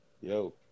Yo